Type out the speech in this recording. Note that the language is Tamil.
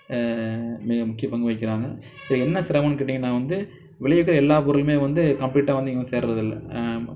மிக முக்கிய பங்கு வகிக்கிறாங்க என்ன சிரமன்னு கேட்டிங்கனா வந்து விளைவிக்கிற எல்லா பொருளுமே வந்து கம்ப்ளீட்டாக வந்து இங்கே வந்து சேருரதில்லை